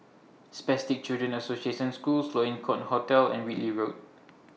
Spastic Children's Association School Sloane Court Hotel and Whitley Road